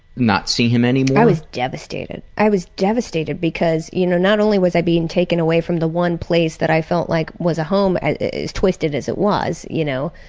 not see him anymore? i was devastated. i was devastated because you know not only was i being taken away from the one place that i felt like was a home, as as twisted as it was, you know,